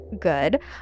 good